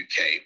UK